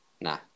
Nah